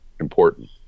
Important